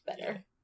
better